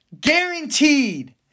Guaranteed